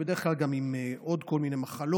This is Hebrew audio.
ובדרך כלל גם עם עוד כל מיני מחלות,